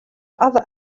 other